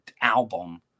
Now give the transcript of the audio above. album